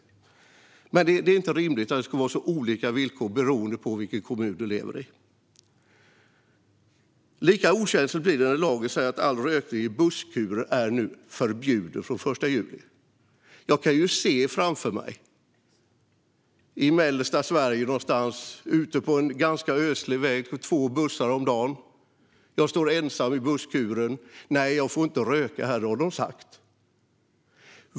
Det är inte rimligt att det ska vara så olika villkor beroende på vilken kommun du lever i. Lika okänsligt blir det när lagen säger att all rökning i busskurer från den 1 juli är förbjuden. Jag kan se framför mig en busskur på en ganska ödslig väg någonstans i mellersta Sverige där det går två bussar om dagen och att jag står ensam i den busskuren och tänker: Nej, jag får inte röka här, för det har de sagt.